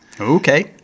Okay